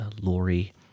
Lori